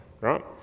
right